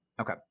Okay